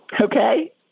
Okay